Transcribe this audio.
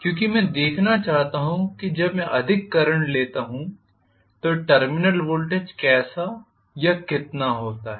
क्योंकि मैं देखना चाहता हूं कि जब मैं अधिक करंट लेता हूं तो टर्मिनल वोल्टेज कैसा या कितना होता है